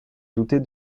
douter